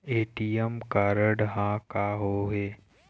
ATM card हा का होते?